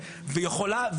ויכולה,